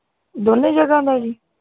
ਦੋਨੇ ਜਗ੍ਹਾ ਦਾ ਜੀ